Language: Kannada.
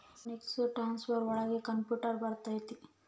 ಎಲೆಕ್ಟ್ರಾನಿಕ್ ಟ್ರಾನ್ಸ್ಫರ್ ಒಳಗ ಕಂಪ್ಯೂಟರ್ ಬರತೈತಿ